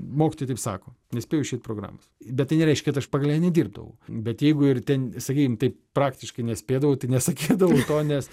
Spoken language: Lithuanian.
mokytojai taip sako nespėjau išeit programos bet tai nereiškia kad aš pagal ją nedirbdavau bet jeigu ir ten sakykim taip praktiškai nespėdavo tai nesakydavau to nes